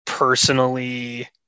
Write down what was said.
personally